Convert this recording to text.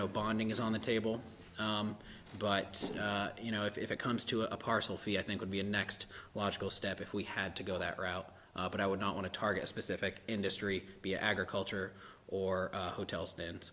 know bonding is on the table but you know if it comes to a partial fee i think would be a next logical step if we had to go that route but i would not want to target a specific industry be agriculture or hotels and